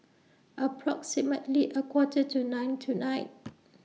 approximately A Quarter to nine tonight